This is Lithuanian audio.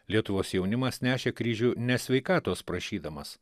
lietuvos jaunimas nešė kryžių ne sveikatos prašydamas